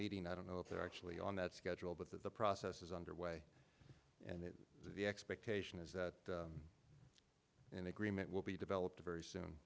meeting i don't know if they're actually on that schedule but that the process is underway and the expectation is that an agreement will be developed very soon